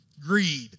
Greed